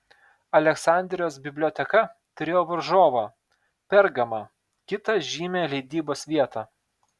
aleksandrijos biblioteka turėjo varžovą pergamą kitą žymią leidybos vietą